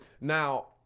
Now